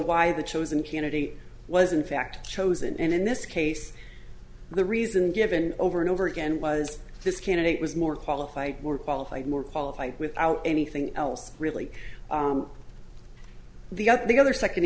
why the chosen community was in fact chosen and in this case the reason given over and over again was this candidate was more qualified more qualified more qualified without anything else really the up the other second